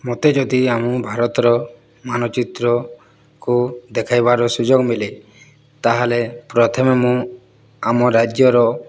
ମୋତେ ଯଦି ଆମ ଭାରତର ମାନଚିତ୍ରକୁ ଦେଖାଇବାର ସୁଯୋଗ ମିଳେ ତା'ହେଲେ ପ୍ରଥମେ ମୁଁ ଆମ ରାଜ୍ୟର